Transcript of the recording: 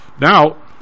Now